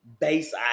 base